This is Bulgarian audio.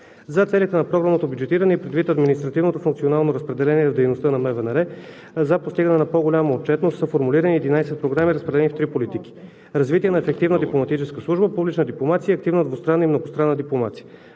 За целите на програмното бюджетиране и предвид административното функционално разпределение в дейността на Министерството на външните работи за постигане на по-голяма отчетност са формулирани единадесет програми, разпределени в три политики: „Развитие на ефективна дипломатическа служба“, „Публична дипломация“ и „Активна двустранна и многостранна дипломация“.